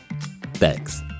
Thanks